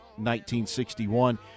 1961